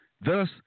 thus